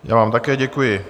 Já vám také děkuji.